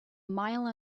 mile